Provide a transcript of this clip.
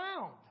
found